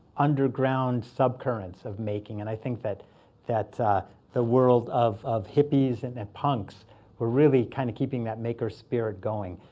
underground subcurrents of making. and i think that that the world of of hippies and and punks were really kind of keeping that maker spirit going.